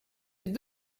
des